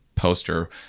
poster